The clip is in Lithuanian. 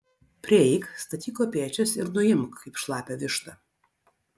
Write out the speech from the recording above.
prieik statyk kopėčias ir nuimk kaip šlapią vištą